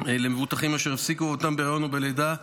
למבוטחים אשר הפסיקו עבודתם בהיריון או בלידה,